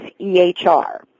EHR